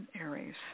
Aries